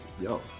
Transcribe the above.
yo